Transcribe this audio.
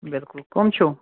بِلکُل کٕم چھِو